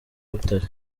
butare